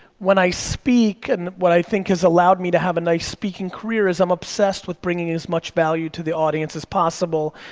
when i speak, and what i think has allowed me to have a nice speaking career is i'm obsessed with bringing in as much value to the audience as possible.